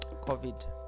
COVID